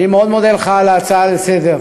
אני מאוד מודה לך על ההצעה לסדר-היום.